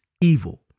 evil